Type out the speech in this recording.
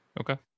Okay